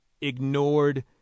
ignored